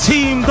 Team